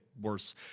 worse